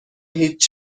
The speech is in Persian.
هیچ